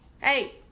Hey